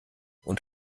und